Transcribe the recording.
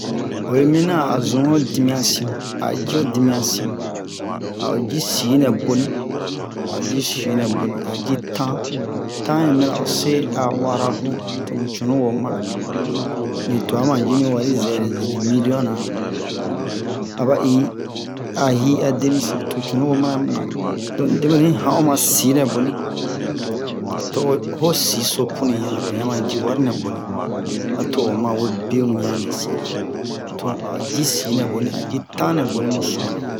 oyi minian a zun ho dimiɲan sinmu a ji ho dimiɲan sinma a o ji sii nɛ boni a o ji sii nɛ boni a o ji tan tan yi mina ose a wara bun tomu cunuwo mana nin tuwa majio ni wari zɛrɛ zɛrɛ miliyonna aba i hi a denisi to cunuwo mana muna donc debuenu yi han'o ma sii nɛ boni to o wo sii so puninɲan o ɲan ma ji wari nɛ boni a to o mawe be wiana nɛ sin'a to a ji sii nɛ boni a ji tan nɛ boni mu su'anni